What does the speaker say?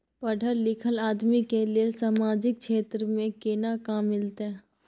पढल लीखल आदमी के लेल सामाजिक क्षेत्र में केना काम मिलते?